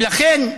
ולכן,